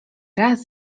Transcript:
raz